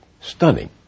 Stunning